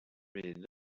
men